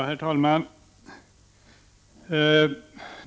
Herr talman!